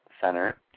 center